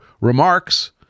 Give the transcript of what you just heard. remarks